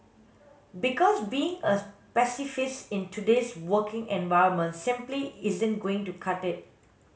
because being a pacifist in today's working environment simply isn't going to cut it